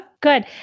good